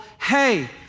hey